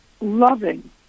loving